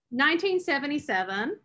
1977